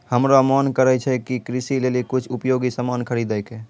हमरो मोन करै छै कि कृषि लेली कुछ उपयोगी सामान खरीदै कै